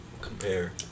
compare